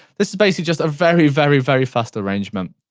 this is basically just a very very very fast arrangement.